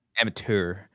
Amateur